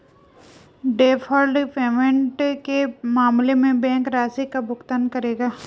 deferred payment के मामले में बैंक राशि का भुगतान करेगा